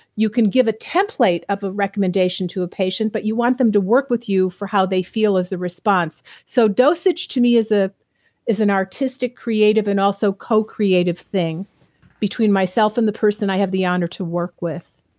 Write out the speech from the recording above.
you can give a template of a recommendation to a patient, but you want them to work with you for how they feel as a response so dosage to me is an artistic creative and also co-creative thing between myself and the person i have the honor to work with